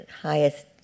highest